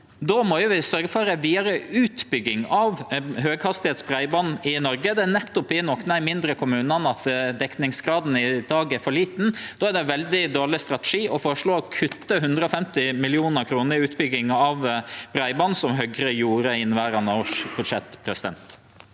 Då må vi sørgje for ei vidare utbygging av høghastigheitsbreiband i Noreg. Det er nettopp i nokre av dei mindre kommunane at dekningsgraden i dag er for liten. Då er det ein veldig dårleg strategi å føreslå å kutte 150 mill. kr til utbygging av breiband, som Høgre gjorde i budsjettet